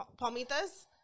palmitas